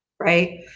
right